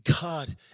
God